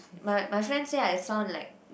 my my friend say I sound like